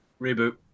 reboot